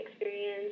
experience